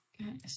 okay